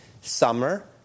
summer